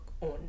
on